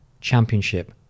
championship